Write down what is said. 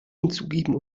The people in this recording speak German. hinzugeben